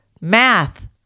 math